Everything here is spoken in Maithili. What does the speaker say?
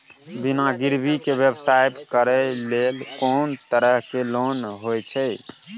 बिना गिरवी के व्यवसाय करै ले कोन तरह के लोन होए छै?